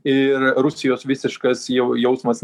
ir rusijos visiškas jau jausmas